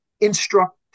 instruct